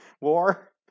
war